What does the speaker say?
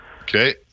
Okay